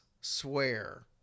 swear